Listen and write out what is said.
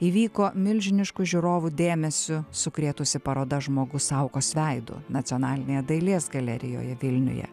įvyko milžiniškou žiūrovų dėmesiu sukrėtusi paroda žmogus saukos veidu nacionalinėje dailės galerijoje vilniuje